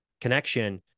connection